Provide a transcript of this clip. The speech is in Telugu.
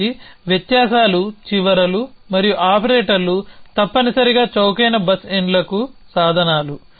కాబట్టి వ్యత్యాసాలు చివరలు మరియు ఆపరేటర్లు తప్పనిసరిగా చౌకైన బస్ ఎండ్లకు సాధనాలు